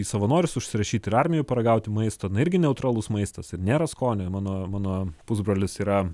į savanorius užsirašyti ir armijoj paragauti maisto irgi neutralus maistas ir nėra skonio mano mano pusbrolis yra